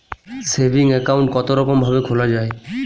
Saving account কতরকম ভাবে খোলা য়ায়?